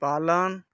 पालन